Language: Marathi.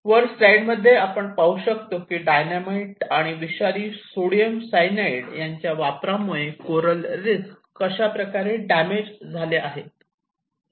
वर स्लाइडमध्ये आपण पाहू शकतो की डायनामाइट आणि विषारी सोडियम सायनाइड यांच्या वापरामुळे कोरल रीफ्स कशाप्रकारे डॅमेज झाले आहेत